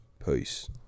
Peace